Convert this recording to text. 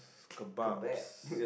kebabs